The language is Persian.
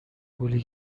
گلی